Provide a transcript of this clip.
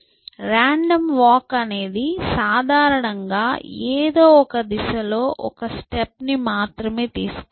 random walk అనేది సాధారణంగా ఎదో ఒక దిశలో ఒక స్టెప్ ని మాత్రమే తీసుకుంటుంది